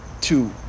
two